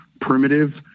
primitive